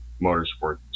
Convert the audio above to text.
motorsports